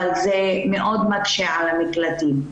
אבל זה מאוד מקשה על המקלטים.